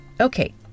Okay